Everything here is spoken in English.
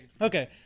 okay